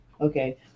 Okay